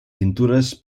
pintures